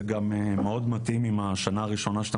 זה גם מאוד מתאים עם השנה הראשונה שבה אתה